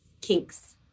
kinks